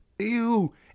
Ew